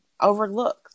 overlooked